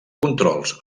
controls